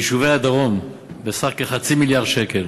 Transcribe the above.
ליישובי הדרום בסך כחצי מיליארד שקל,